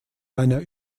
einer